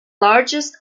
largest